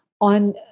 on